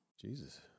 Jesus